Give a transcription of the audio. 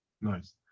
Nice